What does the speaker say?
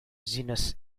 genus